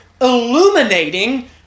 illuminating